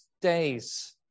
days